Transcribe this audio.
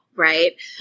Right